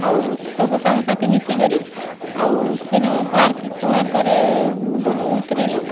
ଆଉ ସବୁ ସାଙ୍ଗ୍ ସାଥି ମିଶିକରି ଆଉ ସେନୁ କୋଣାର୍କରେ ଗଲୁ ଉତ୍ରିଲୁ